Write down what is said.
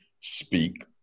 speak